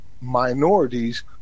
minorities